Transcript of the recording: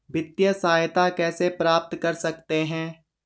वित्तिय सहायता कैसे प्राप्त कर सकते हैं?